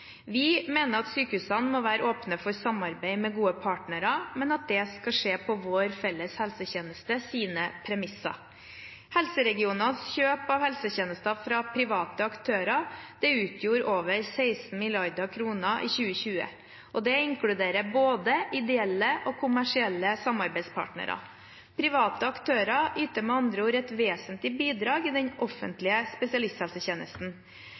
Vi mener at sykehusene må være åpne for samarbeid med gode partnere, men at det skal skje på vår felles helsetjenestes premisser. Helseregionenes kjøp av helsetjenester fra private aktører utgjorde over 16 mrd. kr i 2020. Dette inkluderer både ideelle og kommersielle samarbeidspartnere. Private aktører yter med andre ord et vesentlig bidrag i den offentlige spesialisthelsetjenesten.